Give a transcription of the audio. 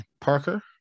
Parker